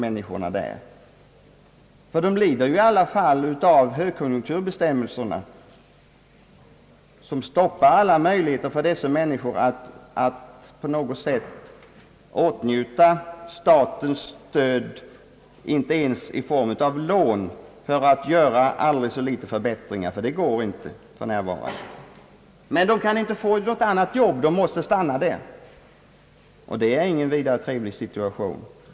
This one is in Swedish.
Jordbrukarna lider då av högkonjunkturbestämmelserna, som stoppar alla möjligheter för dem att på något sätt få statens stöd ens i form av lån för aldrig så små förbättringar. Men de kan inte få något annat jobb — de måste stanna i jordbruket utan att kunna följa med utvecklingen, och det är ingen trevlig situation.